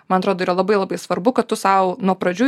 man atrodo yra labai labai svarbu kad tu sau nuo pradžių